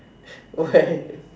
okay